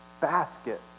basket